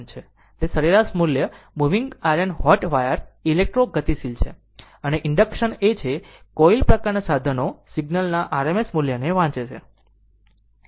તે સરેરાશ મૂલ્ય moving iron hot wire electro ગતિશીલ છે અને ઇન્ડક્શન એ છે કે કોલ પ્રકારના સાધનો સિગ્નલના RMS મૂલ્યને વાંચે છે